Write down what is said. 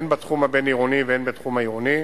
הן בתחום הבין-עירוני והן בתחום העירוני,